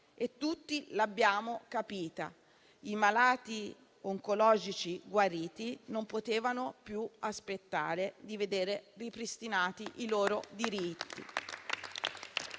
e tutti l'abbiamo capita: i malati oncologici guariti non potevano più aspettare di vedere ripristinati i loro diritti.